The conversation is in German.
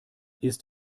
ist